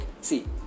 see